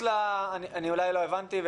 אני אולי לא הבנתי.